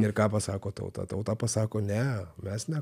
ir ką pasako tauta tauta pasako ne mes ne